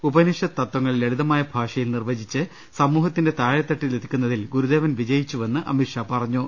ഉപനിഷത് തത്വങ്ങൾ ലളിതമായ ഭാഷയിൽ നിർവചിച്ച് സമൂഹ ത്തിന്റെ താഴെത്തട്ടിലെത്തിക്കുന്നതിൽ ഗുരു ദേവൻ വിജയിച്ചു വെന്ന് അമിത്ഷാ പറഞ്ഞു